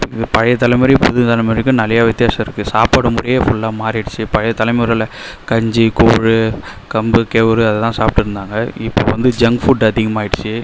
பழைய தலைமுறை புதிய தலைமுறைக்கும் நிறைய வித்தியாச இருக்கு சாப்பாடு முறையே ஃபுல்லாக மாறிடுச்சு பழைய தலைமுறையில் கஞ்சி கூழ் கம்பு கேவுரு அதை தான் சாப்பிட்டு இருந்தாங்க இப்போ வந்து ஜங்க் ஃபுட் அதிகமாயிடுச்சு